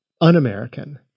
un-American